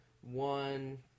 one